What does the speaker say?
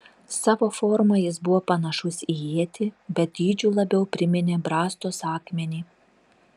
savo forma jis buvo panašus į ietį bet dydžiu labiau priminė brastos akmenį